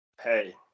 Hey